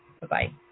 Bye-bye